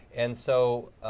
and so,